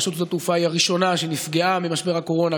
רשות שדות התעופה היא הראשונה שנפגעה ממשבר הקורונה,